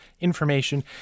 information